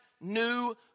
new